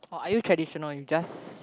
or are you traditional you just